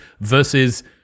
versus